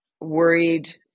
worried